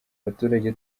abaturage